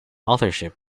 authorship